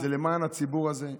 זה למען הציבור הזה,